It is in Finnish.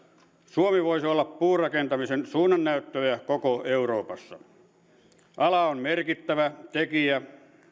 suomi voisi olla puurakentamisen suunnannäyttäjä koko euroopassa ala on merkittävä tekijä